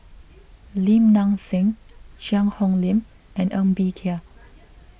Lim Nang Seng Cheang Hong Lim and Ng Bee Kia